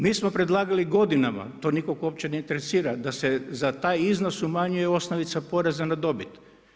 Mi smo predlagali godinama, to nikoga uopće ne interesira, da se za taj iznos umanjuje osnovica poreza na dobit.